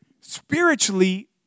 Spiritually